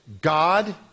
God